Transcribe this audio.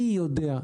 מי יודע?